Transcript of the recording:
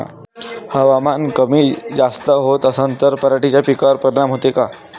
हवामान कमी जास्त होत असन त पराटीच्या पिकावर परिनाम होते का?